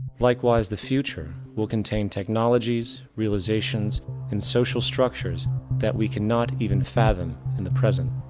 likewise, the future will contain technologies, realizations and social structures that we cannot even fathom in the present.